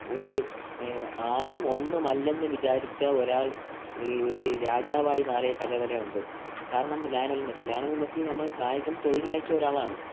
ഒരു ആരും ഒന്നുമല്ലെന്ന് വിചാരിച്ച ഒരാൾ ഈ ഒരു രാജാവായി മാറിയ കഥ വരെ ഉണ്ട് കാരണം ലയണൽ മെസ്സി ലയണൽ മെസ്സി നമ്മൾ കായികം തൊഴിലാക്കിയ ഒരാളാണ്